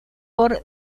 por